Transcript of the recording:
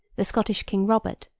the scottish king robert,